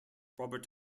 robert